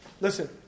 Listen